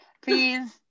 please